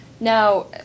Now